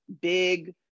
big